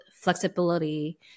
flexibility